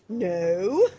no.